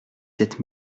sept